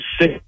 sick